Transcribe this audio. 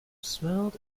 smelled